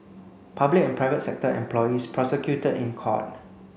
public and private sector employees prosecuted in court